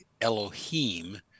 Elohim